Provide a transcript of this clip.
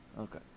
okay